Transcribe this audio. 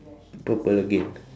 purple again